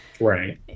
Right